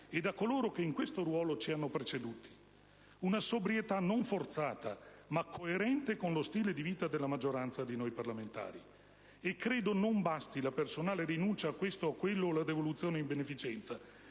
e da coloro che in questo ruolo ci hanno preceduti: una sobrietà non forzata, ma coerente con lo stile di vita della maggioranza di noi parlamentari. Credo non basti la personale rinuncia a questo o a quello o la devoluzione in beneficenza.